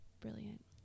Brilliant